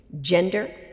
gender